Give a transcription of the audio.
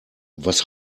was